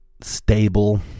stable